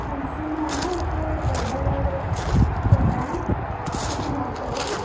ਹਾਂਜੀ ਮੈਂ ਨਾ ਇੱਕ ਔਡਰ ਕਰਨਾ ਹੈ ਤੁਸੀਂ ਨੋਟ ਕਰੋਗੇ